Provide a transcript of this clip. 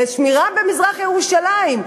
לשמירה במזרח-ירושלים,